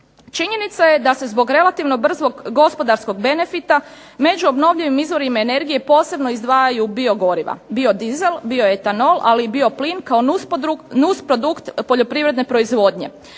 Činjenica je da se zbog relativno brzog gospodarskog benefita među obnovljivim izvorima energije posebno izdvajaju biogoriva, biodisel, bioetalno ali i bioplin nusprodukt poljoprivredne proizvodnje.